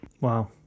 Wow